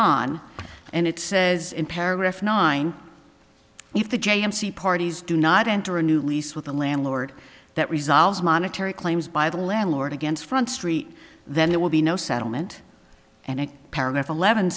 on and it says in paragraph nine if the j s c parties do not enter a new lease with the landlord that resolves monetary claims by the landlord against front street then it will be no settlement and